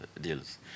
deals